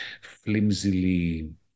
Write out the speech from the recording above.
flimsily